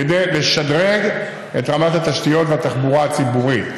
כדי לשדרג את רמת התשתיות והתחבורה הציבורית.